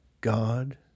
God